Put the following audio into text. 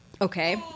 okay